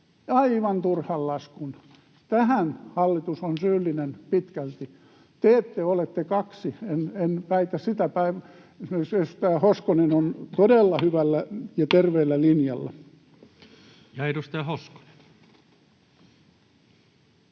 aivan turhan laskun. Tähän hallitus on syyllinen pitkälti. Te kaksi ette ole — en väitä sitä. Esimerkiksi edustaja Hoskonen on todella hyvällä ja terveellä linjalla. [Speech